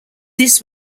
this